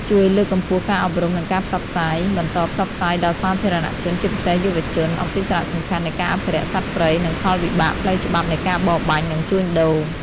ជួយលើកកម្ពស់ការអប់រំ និងការផ្សព្វផ្សាយ បន្តផ្សព្វផ្សាយដល់សាធារណជន ជាពិសេសយុវជន អំពីសារៈសំខាន់នៃការអភិរក្សសត្វព្រៃ និងផលវិបាកផ្លូវច្បាប់នៃការបរបាញ់ និងជួញដូរ។